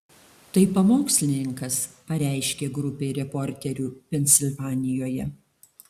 tai pamokslininkas pareiškė grupei reporterių pensilvanijoje